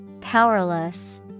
Powerless